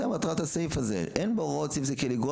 זה מטרת הסעיף הזה: אין בהוראות סעיף זה כדי לגרוע